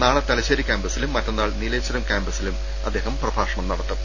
നാളെ തലശ്ശേരി ക്യാമ്പസിലും മറ്റന്നാൾ നീലേശ്വരം ക്യാമ്പസിലും അദ്ദേഹം പ്രഭാഷണം നടത്തും